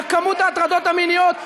כשכמות ההטרדות המיניות,